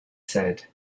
said